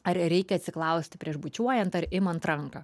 ar reikia atsiklausti prieš bučiuojant ar imant ranką